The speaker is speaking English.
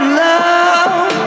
love